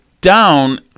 down